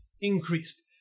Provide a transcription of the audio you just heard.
increased